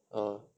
orh